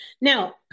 Now